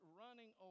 running